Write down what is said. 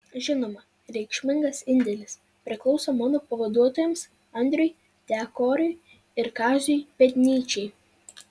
žinoma reikšmingas indėlis priklauso mano pavaduotojams andriui tekoriui ir kaziui pėdnyčiai